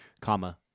Comma